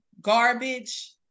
garbage